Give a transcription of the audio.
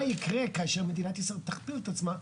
מה יקרה כאשר מדינת ישראל תכפיל את עצמה?